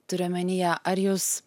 turiu omenyje ar jūs